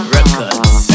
Records